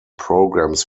programs